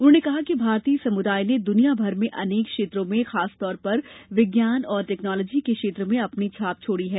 उन्होंने कहा कि भारतीय समुदाय ने दुनियाभर में अनेक क्षेत्रों में खासतौर पर विज्ञान और टैक्नॉलोजी के क्षेत्र में अपनी छाप छोड़ी है